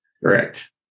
Correct